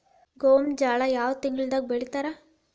ಗೋಂಜಾಳ ಯಾವ ತಿಂಗಳದಾಗ್ ಬೆಳಿತಾರ?